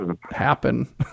happen